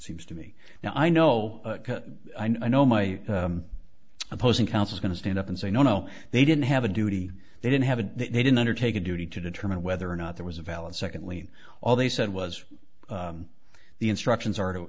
seems to me now i know i know my opposing counsel going to stand up and say no no they didn't have a duty they didn't have a they didn't undertake a duty to determine whether or not there was a valid secondly all they said was the instructions